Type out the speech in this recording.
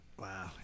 Wow